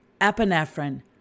Epinephrine